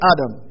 Adam